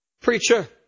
preacher